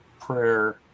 Prayer